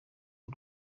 w’u